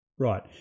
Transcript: Right